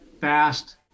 fast